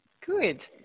Good